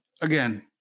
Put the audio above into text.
again